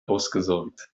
ausgesorgt